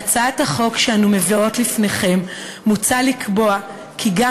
בהצעת החוק שאנו מביאות לפניכם מוצע לקבוע כי גם